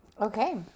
okay